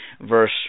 verse